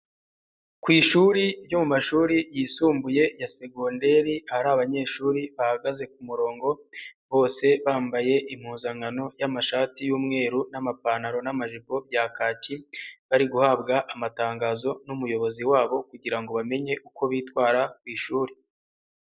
Ku ishuri ryo mu mashuri yisumbuye ya segonderi, ahari abanyeshuri bahagaze ku murongo, bose bambaye impuzankano y'amashati y'umweru n'amapantaro n'amajipo bya kaki, bari guhabwa amatangazo n'umuyobozi wabo kugira ngo bamenye uko bitwara ku ishuri.